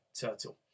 turtle